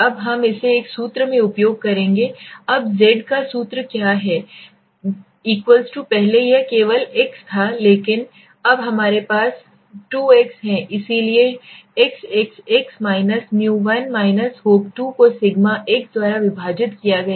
अब हम इसे एक सूत्र में उपयोग करेंगे अब Z का सूत्र क्या है पहले यह केवल x था लेकिन अब हमारे पास 2x है इसलिए xxx µ1 hope2को सिग्मा x द्वारा विभाजित किया गया है